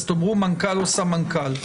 אז תאמרו מנכ"ל או סמנכ"ל,